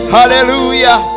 Hallelujah